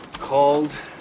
called